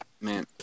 man